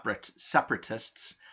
separatists